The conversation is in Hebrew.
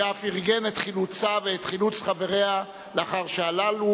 שאף ארגן את חילוצה ואת חילוץ חבריה לאחר שהללו